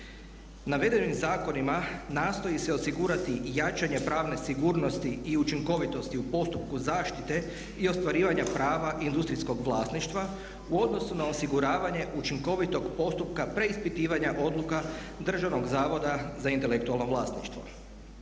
Navedenim zakonima nastoji se osigurati jačanje pravne sigurnosti i učinkovitosti u postupku zaštite i ostvarivanja prava industrijskog vlasništva u odnosu na osiguravanje učinkovitog postupka preispitivanja odluka Državnog zavoda za intelektualno vlasništvo.